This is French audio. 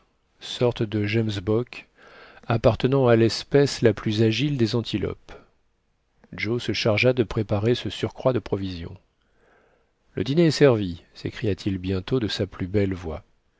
sorte de gemsbok appartenant à l'espèce la plus agile des antilopes joe se chargea de préparer ce surcroît de provisions le dîner est servi s'écria-t-il bientôt de sa plus belle voix